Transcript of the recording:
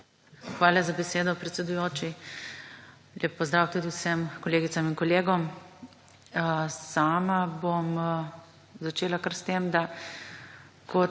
Hvala za besedo, predsedujoči. Lep pozdrav tudi vsem kolegicam in kolegom. Sama bom začela kar s tem, da kot